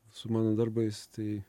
su mano darbais tai